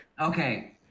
Okay